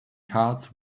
cards